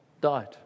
died